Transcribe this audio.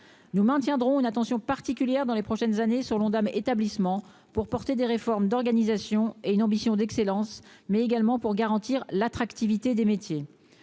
nous maintiendrons une attention particulière dans les prochaines années sur l'Ondam établissement pour porter des réformes d'organisation et une ambition d'excellence mais également pour garantir l'attractivité des métiers